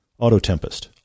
Autotempest